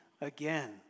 again